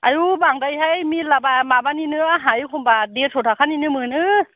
आयु बांद्रायो हाय मेल्लाबा माबानिनो आंहा एखमबा देर स' थाखानिनो मोनो